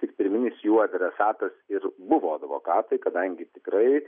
tik pirminis jų adresatas ir buvo advokatai kadangi tikrai